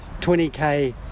20k